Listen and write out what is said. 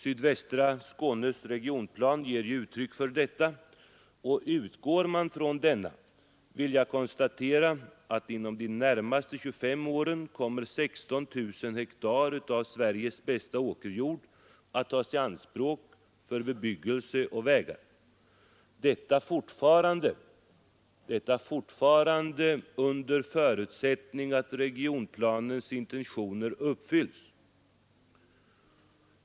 Sydvästra Skånes regionplan ger uttryck för detta, och utgår man från den planen vill jag konstatera att inom de närmaste 25 åren kommer 16 000 hektar av Sveriges bästa åkerjord att tas i anspråk för bebyggelse och vägar — detta fortfarande under förutsättning att regionplanens intentioner uppfylls.